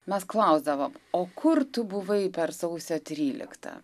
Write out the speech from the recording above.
mes klausdavom o kur tu buvai per sausio tryliktą